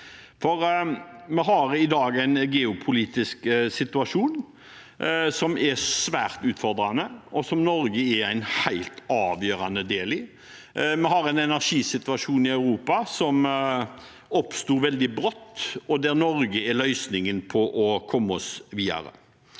Vi har i dag en geopolitisk situasjon som er svært utfordrende, og som Norge er en helt avgjørende del av. Vi har en energisituasjon i Europa som oppsto veldig brått, og der Norge er løsningen for å komme seg videre.